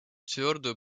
твердую